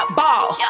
ball